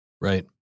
Right